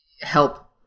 help